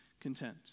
content